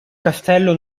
castello